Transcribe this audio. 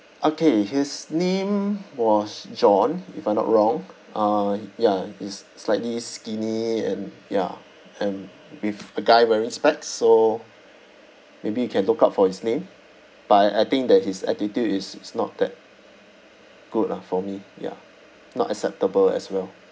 okay his name was john if I'm not wrong uh ya he's slightly skinny and ya and with a guy wearing specs so maybe you can look out for his name but I I think that his attitude is is not that good lah for me ya not acceptable as well